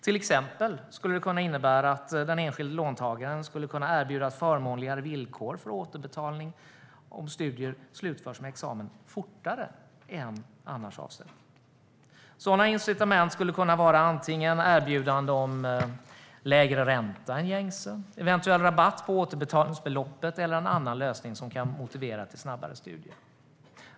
Till exempel skulle det kunna innebära att den enskilde låntagaren skulle kunna erbjudas förmånligare villkor för återbetalning om studierna slutförs med examen fortare än vad studieplanen stipulerar. Sådana incitament skulle kunna vara antingen erbjudande om lägre ränta än gängse, eventuell rabatt på återbetalningsbeloppet eller en annan lösning som kan motivera till snabbare studier.